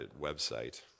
website